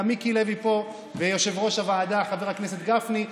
גם מיקי לוי פה ויושב-ראש הוועדה חבר הכנסת גפני.